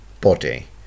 body